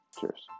Cheers